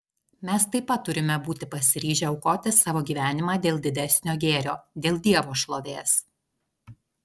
mes taip pat turime būti pasiryžę aukoti savo gyvenimą dėl didesnio gėrio dėl dievo šlovės